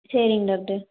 சரிங்க டாக்டர்